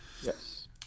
Yes